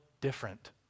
different